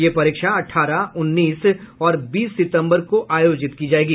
ये परीक्षा अठारह उन्नीस और बीस सितम्बर को आयोजित की जायेगी